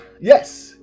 Yes